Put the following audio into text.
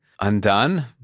undone